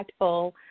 impactful